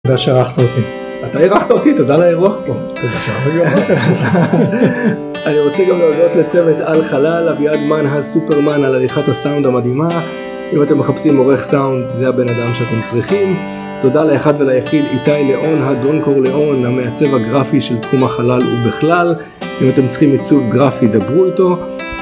תודה שאחרת. אתה ארחת אותי, תודה על האירוח פה. בבקשה. אני רוצה גם להודות לצוות על-חלל, אביעד מנה הסופרמן על עריכת הסאונד המדהימה. אם אתם מחפשים עורכים סאונד זה הבנאדם שאתם צריכים. תודה לאחד וליחיד איתי ליאון הדון-קורליאונה המעצב הגרפי של תחום החלל ובכלל, אם אתם צריכים עיצוב גרפי דברו איתו.